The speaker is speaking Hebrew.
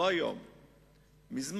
לא היום, מזמן,